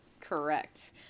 correct